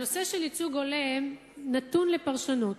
הנושא של ייצוג הולם נתון לפרשנות.